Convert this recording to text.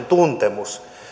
tuntemusta